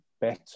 better